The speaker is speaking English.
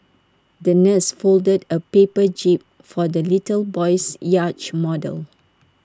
the nurse folded A paper jib for the little boy's yacht model